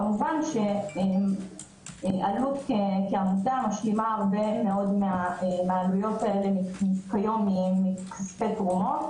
כמובן שאלו"ט כעמותה משלימה הרבה מאוד מהעלויות האלה כיום מכספי תרומות.